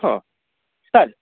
ହଁ ସାର୍